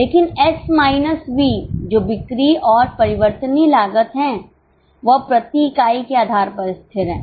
लेकिन S minus V जो बिक्री और परिवर्तनीय लागत है वह प्रति इकाई के आधार पर स्थिर है